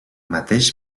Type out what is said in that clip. mateix